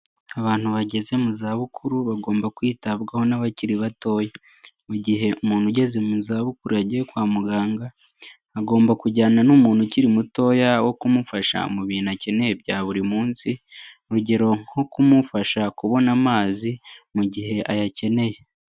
Abantu bageze mu za bukuru bagomba kwitabwaho n'abakiri batoya. Mu gihe umuntu ugeze mu za bubukuru yagiye kwa muganga agomba kujyana n'umuntu ukiri mutoya wo kumufasha mu bintu akeneye bya buri munsi, urugero nko kumufasha kubona amazi mu gihe ayakeneye.